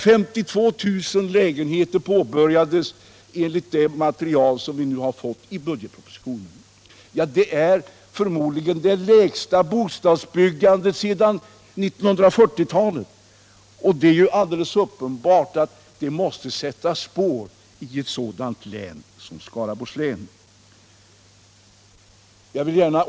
52 000 lägenheter påbörjades, enligt det material som vi nu har fått i budgetpropositionen. Det är förmodligen det lägsta bostadsbyggandet sedan 1940-talet, och det är alldeles uppenbart att detta måste sätta spår i ett sådant län som Skaraborgs län.